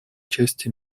части